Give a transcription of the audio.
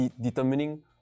determining